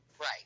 Right